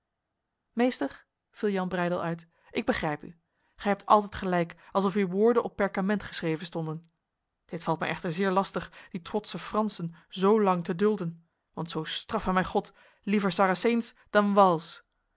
meester viel jan breydel uit ik begrijp u gij hebt altijd gelijk alsof uw woorden op perkament geschreven stonden dit valt mij echter zeer lastig die trotse fransen zo lang te dulden want zo straffe mij god liever saraceens dan wals